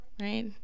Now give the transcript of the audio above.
right